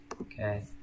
Okay